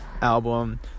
album